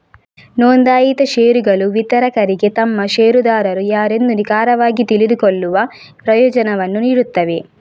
ನೋಂದಾಯಿತ ಷೇರುಗಳು ವಿತರಕರಿಗೆ ತಮ್ಮ ಷೇರುದಾರರು ಯಾರೆಂದು ನಿಖರವಾಗಿ ತಿಳಿದುಕೊಳ್ಳುವ ಪ್ರಯೋಜನವನ್ನು ನೀಡುತ್ತವೆ